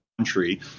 country